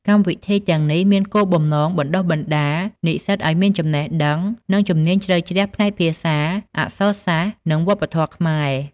កម្មវិធីទាំងនេះមានគោលបំណងបណ្តុះបណ្តាលនិស្សិតឱ្យមានចំណេះដឹង និងជំនាញជ្រៅជ្រះផ្នែកភាសា អក្សរសាស្ត្រ និងវប្បធម៌ខ្មែរ។